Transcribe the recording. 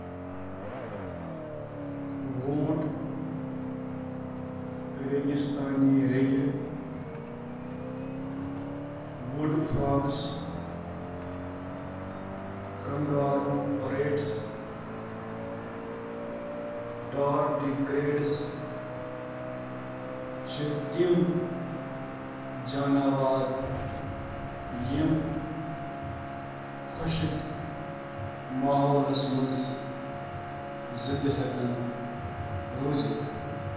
واریاہ جانور چِھ موافقتک وجہ سۭتۍ خۄشک ماحولس منٛز زندٕ روزنس قٲبل آسان یم یمن آب برقرار تھونس منٛز مدد چِھ کران، بشمول: اونٹ، فینک لومڑٕ تہٕ ہارن وٲل چھپکلی